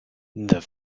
the